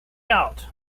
out